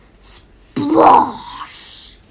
splash